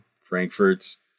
Frankfurt's